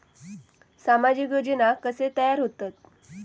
सामाजिक योजना कसे तयार होतत?